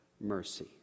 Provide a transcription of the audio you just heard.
mercy